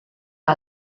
que